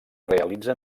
realitza